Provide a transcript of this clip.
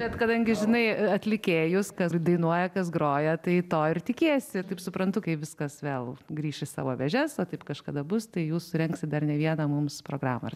bet kadangi žinai atlikėjus kas dainuoja kas groja tai to ir tikiesi taip suprantu kai viskas vėl grįš į savo vėžes o taip kažkada bus tai jūs surengsit dar ne vieną mums programą